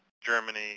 Germany